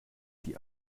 die